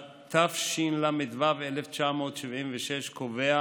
התשל"ו 1976, קובע